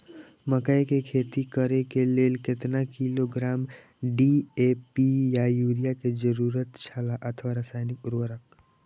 मकैय के खेती करे के लेल केतना किलोग्राम डी.ए.पी या युरिया के जरूरत छला अथवा रसायनिक उर्वरक?